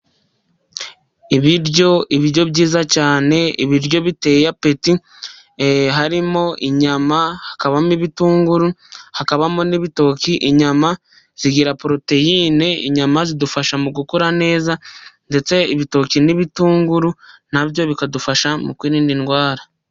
Ibiryo byiza cyane, ibiryo biteye apeti harimo: inyama, hakabamo ibitunguru, hakabamo n'ibitoki. Inyama zigira poroteyine, inyama zidufasha mu gukora neza, ndetse ibitoki n'ibitunguru nabyo bikadufasha mu kwirinda indwara.